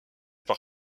par